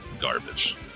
Garbage